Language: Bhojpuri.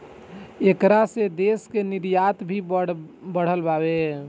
ऐकरा से देश के निर्यात भी बढ़ल बावे